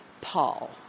Paul